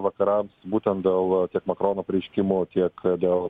vakarams būtent dėl tiek makrono pareiškimų tiek dėl